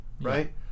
right